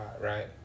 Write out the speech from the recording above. right